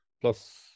plus